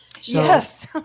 Yes